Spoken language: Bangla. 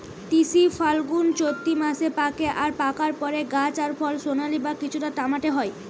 তিসি ফাল্গুনচোত্তি মাসে পাকে আর পাকার পরে গাছ আর ফল সোনালী বা কিছুটা তামাটে হয়